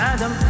Adam